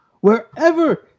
wherever